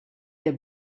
der